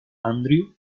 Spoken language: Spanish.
andreu